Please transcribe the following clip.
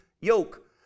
yoke